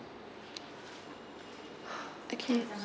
okay